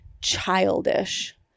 childish